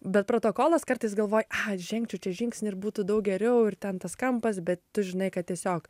bet protokolas kartais galvoju a žengčiau čia žingsnį ir būtų daug geriau ir ten tas kampas bet tu žinai kad tiesiog